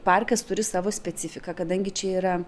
parkas turi savo specifiką kadangi čia yra